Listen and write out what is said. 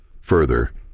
further